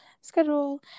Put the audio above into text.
schedule